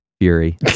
Fury